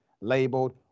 labeled